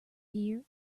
here